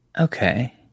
Okay